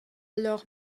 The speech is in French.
alors